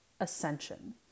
ascension